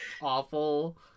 awful